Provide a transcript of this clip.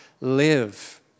live